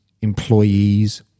employees